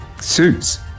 Suits